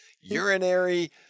urinary